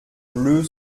bleue